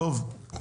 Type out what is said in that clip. תודה.